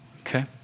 okay